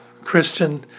Christian